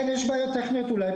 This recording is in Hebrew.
כן יש בעיות טכניות אולי,